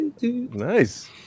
nice